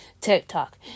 TikTok